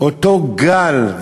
אותו גל.